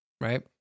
right